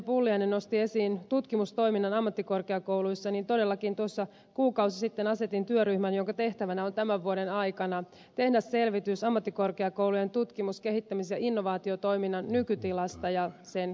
pulliainen nosti esiin tutkimustoiminnan ammattikorkeakouluissa niin todellakin tuossa kuukausi sitten asetin työryhmän jonka tehtävänä on tämän vuoden aikana tehdä selvitys ammattikorkeakoulujen tutkimus kehittämis ja innovaatiotoiminnan nykytilasta ja sen kehittämistarpeista